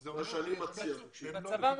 זה אומר שיש קשר.